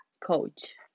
coach